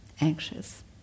anxious